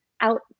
out